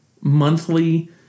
monthly